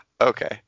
Okay